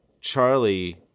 Charlie